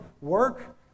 work